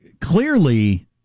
clearly